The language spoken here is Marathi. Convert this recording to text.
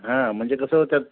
हां म्हणजे कसं होत्यात